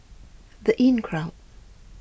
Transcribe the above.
the Inncrowd